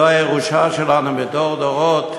זו הירושה שלנו מדורי דורות,